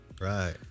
right